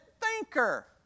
thinker